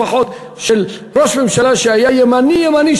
לפחות של ראש ממשלה שהיה ימני-ימני,